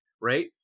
right